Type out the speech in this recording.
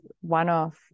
one-off